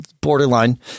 borderline